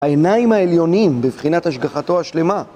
העיניים העליונים בבחינת השגחתו השלמה